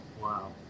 Wow